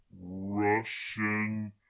Russian